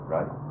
Right